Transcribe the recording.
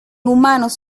humanos